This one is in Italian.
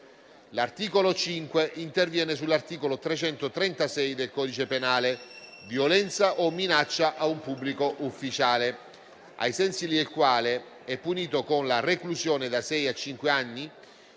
L'articolo 5 interviene sull'articolo 336 del codice penale («Violenza o minaccia a un pubblico ufficiale»), ai sensi del quale è punito con la reclusione da sei mesi